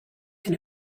can